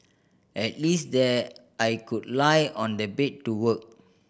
at least there I could lie on the bed to work